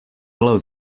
blow